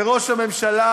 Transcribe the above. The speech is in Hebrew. וראש הממשלה,